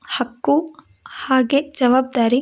ಹಕ್ಕು ಹಾಗೇ ಜವಾಬ್ದಾರಿ